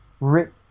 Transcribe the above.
Rip